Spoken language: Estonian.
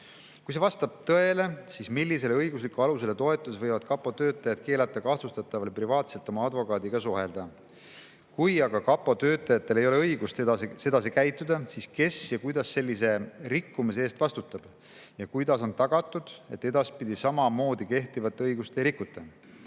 Kui see vastab tõele, siis millisele õiguslikule alusele toetudes võivad KaPo töötajad keelata kahtlustataval privaatselt oma advokaadiga suhelda? Kui aga KaPo töötajatel ei ole õigust sedasi käituda, siis kes ja kuidas sellise rikkumise eest vastutab ja kuidas on tagatud, et edaspidi sama moodi kehtivat õigust ei rikuta?